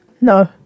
No